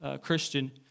Christian